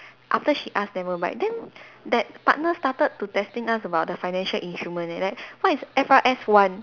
after she ask never mind then that partner started to testing us about the financial instruments eh like what is F_R_S one